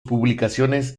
publicaciones